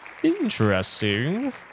Interesting